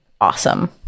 awesome